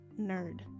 nerd